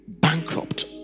bankrupt